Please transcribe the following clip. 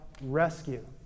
rescue